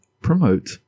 promote